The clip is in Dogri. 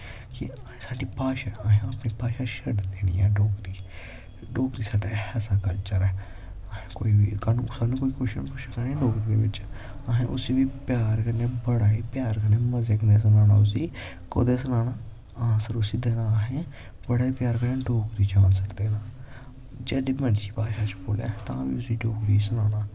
कि साढ़ी भाशा असैं अपनी भाशा छड्डनी नी ऐ डोगरी डोगरी साढ़ा ऐसा कल्चर ऐ साह्नू कोई कवश्चन पुच्छै डोगरी दै बिच्च असैं उसी बी प्यार कन्नै बड़ा प्यार कन्नै मज़ै कन्नै सनाना उसी कोह्दे च सनाना आंसर देना उसी असैं बड़ै प्यार कन्नै डोगरी च आंसर देना जेह्ड़े मर्जी भाशा च बोलै तां बी उसी डोगरी च सनाना